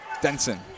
Denson